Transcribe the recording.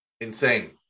Insane